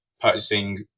purchasing